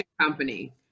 company